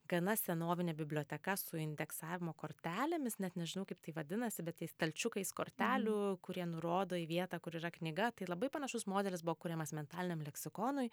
gana senovinė biblioteka su indeksavimo kortelėmis net nežinau kaip tai vadinasi bet stalčiukais kortelių kurie nurodo į vietą kur yra knyga tai labai panašus modelis buvo kuriamas mentaliniam leksikonui